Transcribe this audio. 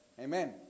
Amen